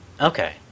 Okay